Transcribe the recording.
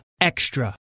Extra